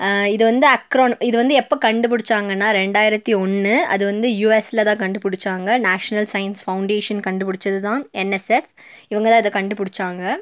இது வந்து அக்ரோன் இது வந்து எப்போ கண்டுபிடித்தாங்கன்னா ரெண்டாயிரத்து ஒன்று அது வந்து யுஎஸ்சில் தான் கண்டுப்பிடிச்சாங்க நேஷ்னல் சயின்ஸ் ஃபௌண்டேஷன் கண்டுப்பிடிச்சது தான் என்எஸ்அர் இவங்கதான் இதை கண்டுப்பிடிச்சாங்க